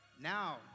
now